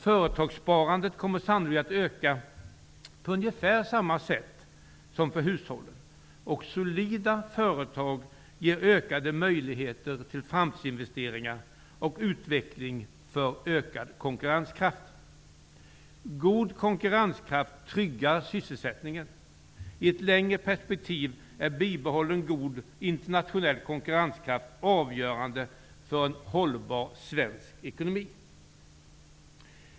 Företagssparandet kommer sannolikt att öka på ungefär samma sätt som för hushållen, och solida företag ger ökade möjligheter till framtidsinvesteringar och utveckling mot ökad konkurrenskraft. God konkurrenskraft tryggar sysselsättningen. I ett längre perspektiv är bibehållen god internationell konkurrenskraft avgörande för en hållbar svensk ekonomi.